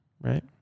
right